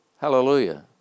Hallelujah